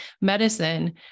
medicine